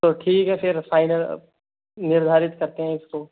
तो ठीक है फिर फ़ाइनल निर्धारित करते हैं इसको